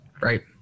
Right